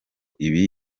ibi